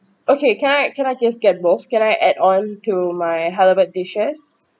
okay can I can I just get both can I add on to my halibut dishes